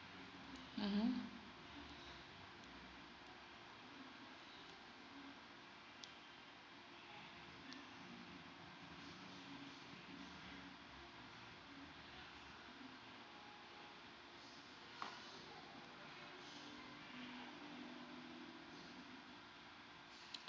mmhmm